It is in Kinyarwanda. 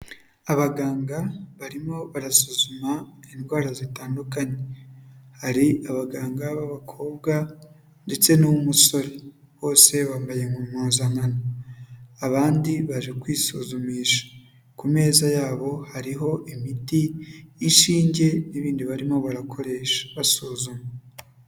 Abaganga barimo barasuzuma indwara zitandukanye, hari abaganga b'abakobwa ndetse uw'umusore, bose bambaye impazankano, abandi baje kwisuzumisha, ku meza yabo hariho imiti, ishinge n'ibindi barimo barakoresha basuzuma.